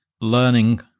learning